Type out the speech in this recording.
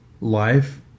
life